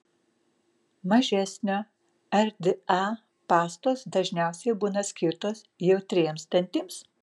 mažesnio rda pastos dažniausiai būna skirtos jautriems dantims